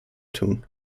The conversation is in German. tun